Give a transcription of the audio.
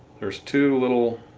there's two little